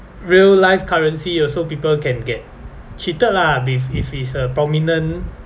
real life currency also people can get cheated lah if if it's a prominent